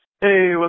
Hey